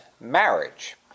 marriage